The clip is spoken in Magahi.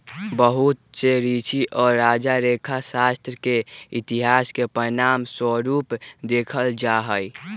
बहुत से ऋषि और राजा लेखा शास्त्र के इतिहास के प्रमाण स्वरूप देखल जाहई